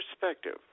perspective